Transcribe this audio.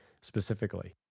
specifically